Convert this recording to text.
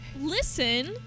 listen